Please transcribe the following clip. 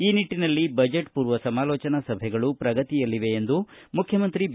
ಈ ನಿಟ್ಟನಲ್ಲಿ ಬಜೆಟ್ ಪೂರ್ವ ಸಮಾಲೋಚನಾ ಸಭೆಗಳು ಪ್ರಗತಿಯಲ್ಲಿವೆ ಎಂದು ಮುಖ್ಯಮಂತ್ರಿ ಬಿ